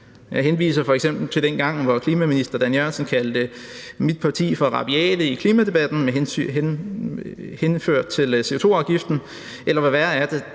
Jeg henviser f.eks. til dengang, hvor klimaministeren kaldte mit parti for rabiat i klimadebatten med henvisning til CO2-afgiften